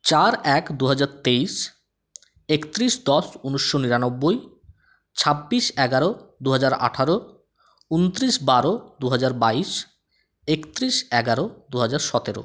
চার এক দুহাজার তেইশ একত্রিশ দশ ঊনিশশো নিরানব্বই ছাব্বিশ এগারো দুহাজার আঠারো ঊনত্রিশ বারো দুহাজার বাইশ একত্রিশ এগারো দুহাজার সতেরো